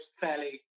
fairly